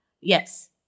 yes